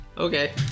Okay